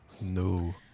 No